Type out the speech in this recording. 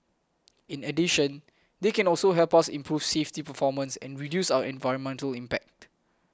in addition they can also help us improve safety performance and reduce our environmental impact